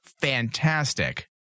fantastic